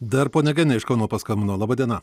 dar ponia genė iš kauno paskambino laba diena